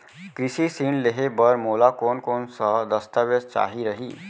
कृषि ऋण लेहे बर मोला कोन कोन स दस्तावेज चाही रही?